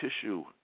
tissue